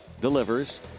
delivers